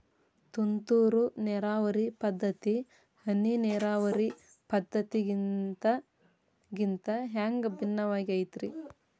ತುಂತುರು ನೇರಾವರಿ ಪದ್ಧತಿ, ಹನಿ ನೇರಾವರಿ ಪದ್ಧತಿಗಿಂತ ಹ್ಯಾಂಗ ಭಿನ್ನವಾಗಿ ಐತ್ರಿ?